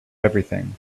everything